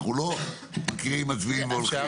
אנחנו לא מקריאים, מצביעים והולכים.